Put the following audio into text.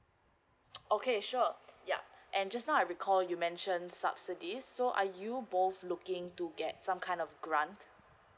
okay sure yup and just now recall you mentioned subsidies so are you both looking to get some kind of grant